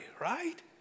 right